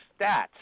stats